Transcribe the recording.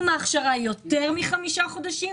אם ההכשרה היא יותר מחמישה חודשים,